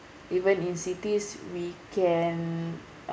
even in cities we can